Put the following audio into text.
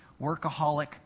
workaholic